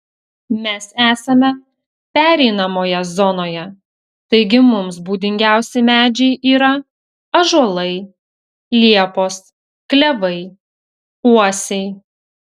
mes esame pereinamoje zonoje taigi mums būdingiausi medžiai yra ąžuolai liepos klevai uosiai